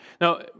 Now